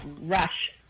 rush